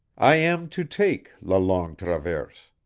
i am to take la longue traverse.